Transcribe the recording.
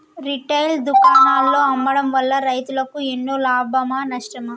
Retail దుకాణాల్లో అమ్మడం వల్ల రైతులకు ఎన్నో లాభమా నష్టమా?